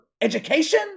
education